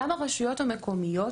גם הרשויות המקומיות,